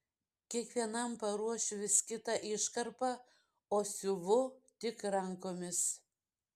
kiekvienam paruošiu vis kitą iškarpą o siuvu tik rankomis